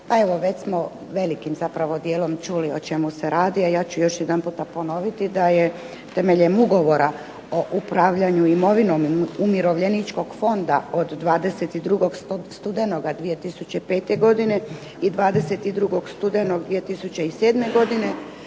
evo već smo velikim dijelom čuli o čemu se radi, a ja ću još jedanputa ponoviti da je temeljem ugovora o upravljanju imovinom Umirovljeničkog fonda od 22. studenoga 2005. godine i 22. studenoga 2007. godine